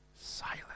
silent